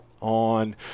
on